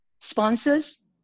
sponsors